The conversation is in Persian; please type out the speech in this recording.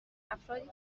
افرادی